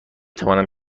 توانم